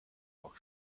noch